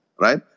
right